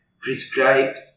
prescribed